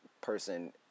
person